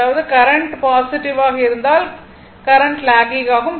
அதாவது current positive ஆக இருந்தால் கரண்ட் லாக்கிங் ஆகும்